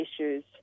issues